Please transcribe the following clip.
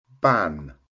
ban